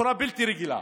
בצורה בלתי רגילה.